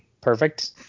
perfect